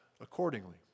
accordingly